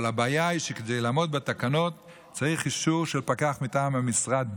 אבל הבעיה היא שכדי לעמוד בתקנות צריך אישור של פקח מטעם המשרד בלבד,